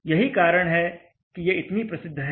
यही कारण है कि ये इतनी प्रसिद्ध हैं